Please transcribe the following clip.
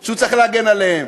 שהוא צריך להגן עליהם,